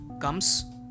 comes